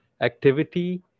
activity